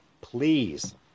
please